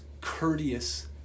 courteous